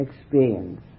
experience